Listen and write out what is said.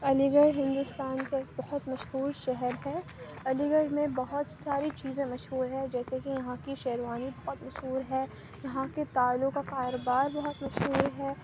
علی گڑھ ہندوستان کا ایک بہت مشہور شہر ہے علی گڑھ میں بہت ساری چیزیں مشہور ہیں جیسے کہ یہاں کی شیروانی بہت مشہور ہے یہاں کے تالوں کا کاروبار بہت مشہور ہے